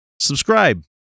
subscribe